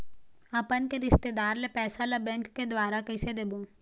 अपन के रिश्तेदार ला पैसा ला बैंक के द्वारा कैसे देबो?